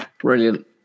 Brilliant